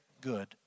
good